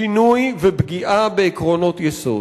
שינוי ופגיעה בעקרונות יסוד,